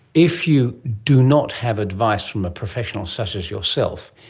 if you do not have advice from a professional such as yourself,